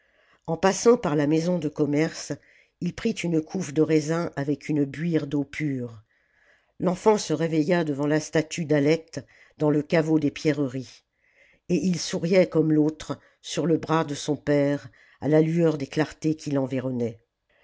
en passant par la maison de commerce il prit une couffe de raisins avec une buire d'eau pure l'enfant se réveilla devant la statue d'aiètes dans le caveau des pierreries et il souriait comme l'autre sur le bras de son père à la lueur des clartés qui l'environnaient